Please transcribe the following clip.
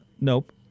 Nope